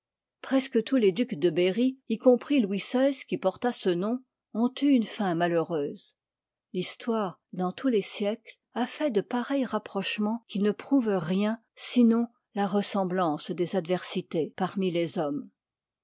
fresquc tous les ducs de berry y compris louis xvi qui porta ce nom ont eu une fin malheureuse l'histoire dans tous les siècles a fait de pareils rapprochemens qui ne prouvent rien sinon la ressemblance des adversités parmi les hommes